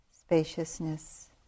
spaciousness